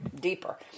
deeper